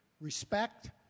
respect